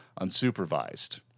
unsupervised